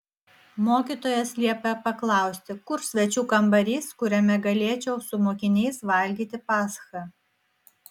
mokytojas liepė paklausti kur svečių kambarys kuriame galėčiau su mokiniais valgyti paschą